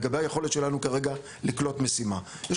לגבי היכולת שלנו כרגע לקלוט משימה: יש